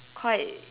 quite